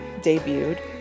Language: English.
debuted